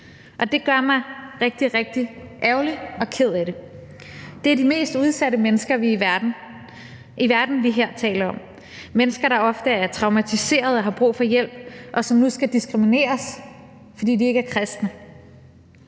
og det gør mig rigtig, rigtig ærgerlig og ked af det. Det er de mest udsatte mennesker i verden, vi her taler om – mennesker, der ofte er traumatiserede og har brug for hjælp, og som nu skal diskrimineres, fordi de ikke er kristne.